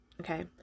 Okay